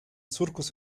surcos